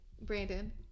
Brandon